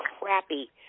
crappy